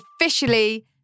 officially